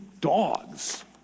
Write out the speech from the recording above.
dogs